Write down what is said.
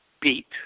beat